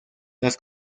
las